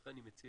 ולכן אני מציע,